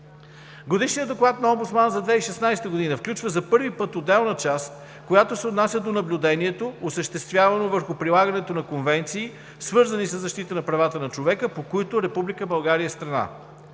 Годишният доклад на омбудсмана за 2016 г. включва за първи път отделна част, която се отнася до наблюдението, осъществявано върху прилагането на конвенции, свързани със защита на правата на човека, по които Република